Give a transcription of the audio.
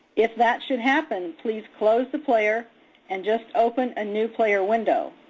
if that should happen, please close the player and just open a new player window.